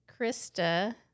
Krista